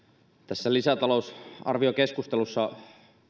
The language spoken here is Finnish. tässä lisätalousarviokeskustelussa